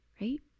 right